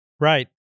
Right